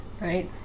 right